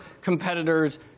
competitors